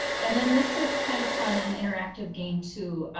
and then this is kind of fun, an interactive game to